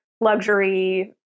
luxury